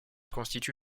constitue